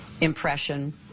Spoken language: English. impression